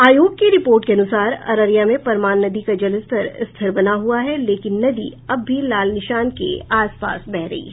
आयोग की रिपोर्ट के अनुसार अररिया में परमान नदी का जलस्तर स्थिर बना हुआ है लेकिन नदी अब भी लाल निशान के आसपास बह रही है